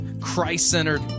Christ-centered